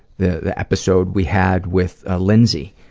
the episode we had with ah lindsay,